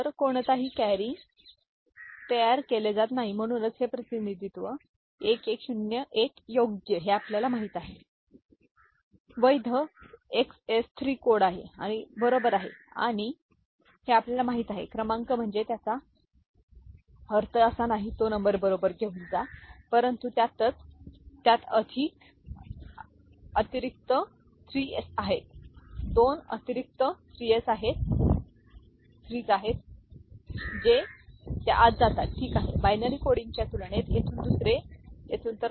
तर कोणतेही कॅरी तयार केले जात नाही म्हणूनच हे प्रतिनिधित्व 1101 योग्य हे आपल्याला माहित आहे वैध XS 3 कोड आहे आणि बरोबर आहे आणि हे आपल्याला माहिती आहे क्रमांक म्हणजे ज्याचा अर्थ असा नाही तो नंबर बरोबर घेऊन जा परंतु त्यातच त्यात दोन अतिरिक्त 3s आहेत 2 अतिरिक्त 3 एस आहेत जे त्या आत जातात ठीक आहे बायनरी कोडिंगच्या तुलनेत येथून दुसरे येथून